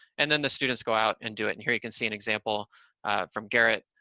and then the students go out, and do it, and here you can see an example from garret.